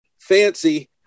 fancy